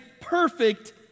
perfect